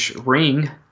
ring